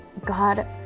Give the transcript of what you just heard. God